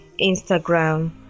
Instagram